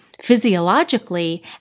physiologically